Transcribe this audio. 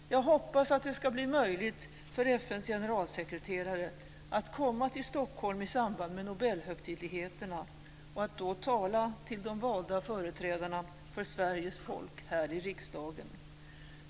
Jag hoppas att det ska bli möjligt för FN:s generalsekreterare att komma till Stockholm i samband med Nobelhögtidligheterna och att då tala till de valda företrädarna för Sveriges folk här i riksdagen.